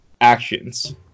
actions